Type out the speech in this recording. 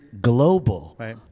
global